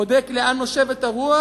בודק לאן נושבת הרוח,